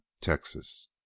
Texas